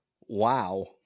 Wow